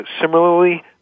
similarly